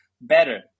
better